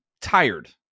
tired